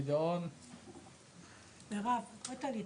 תעלו את